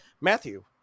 Matthew